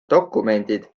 dokumendid